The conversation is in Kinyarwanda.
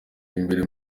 imbere